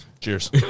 Cheers